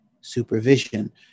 supervision